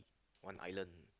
one island